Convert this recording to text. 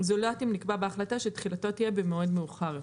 זולת אם נקבע בהחלטה שתחילתו תהיה במועד מאוחר יותר.